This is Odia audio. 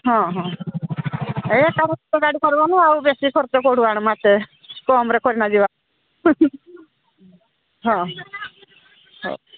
ହଁ ହଁ ଏ ଏଟା ଛୋଟ ଗାଡ଼ି ଆଉ ବେଶୀ ଖର୍ଚ୍ଚ କୁଆଡ଼ୁ ଆଣିବୁ ଏତେ କମ୍ରେ କରିନା ଯିବା ହଉ